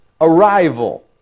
arrival